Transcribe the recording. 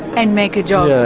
and make a job. yeah